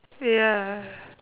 ya